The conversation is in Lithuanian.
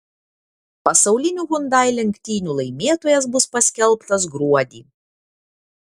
pasaulinių hyundai lenktynių laimėtojas bus paskelbtas gruodį